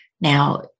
Now